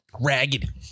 Ragged